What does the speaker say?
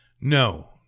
no